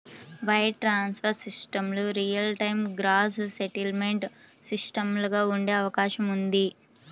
wire transfer సిస్టమ్లు real time gross settlement సిస్టమ్లుగా ఉండే అవకాశం ఉంది